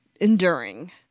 enduring